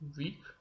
week